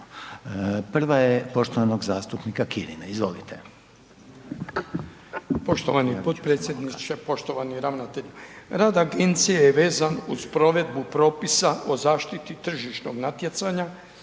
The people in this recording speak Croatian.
prva je poštovanog zastupnika Kirina. Izvolite.